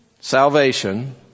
salvation